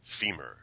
Femur